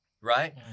Right